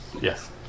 Yes